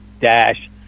dash